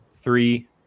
three